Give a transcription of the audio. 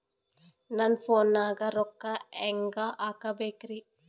ನನ್ನ ಫೋನ್ ನಾಗ ರೊಕ್ಕ ಹೆಂಗ ಹಾಕ ಬೇಕ್ರಿ?